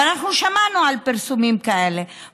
ואנחנו שמענו על פרסומים כאלה,